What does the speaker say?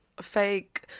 fake